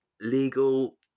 legal